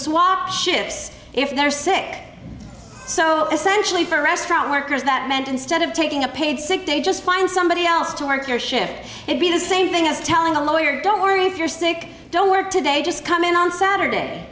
swap shifts if they're sick so essentially for restaurant workers that meant instead of taking a paid sick day just find somebody else to work or shift it be the same thing as telling a lawyer don't worry if you're sick don't work today just come in on saturday